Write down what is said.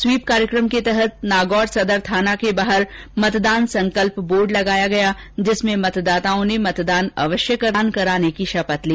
SVEEP कार्यक्रम के तहत नागौर सदर थाना के बाहर मतदान संकल्प बोर्ड लगाया गया जिसमें मतदाताओं ने मतदान अवश्य करने और मतदान कराने की शपथ ली